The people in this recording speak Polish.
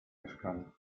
mieszkania